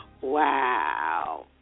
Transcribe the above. Wow